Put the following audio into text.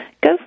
Go